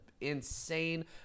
insane